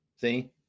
See